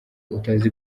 utazi